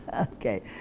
Okay